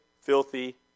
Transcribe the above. filthy